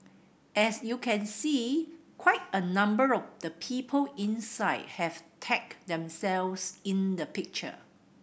as you can see quite a number of the people inside have tagged themselves in the picture